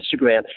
Instagram